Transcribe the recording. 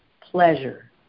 pleasure